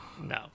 No